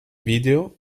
video